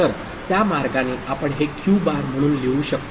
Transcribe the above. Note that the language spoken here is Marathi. तर त्या मार्गाने आपण हे क्यू बार म्हणून लिहू शकतो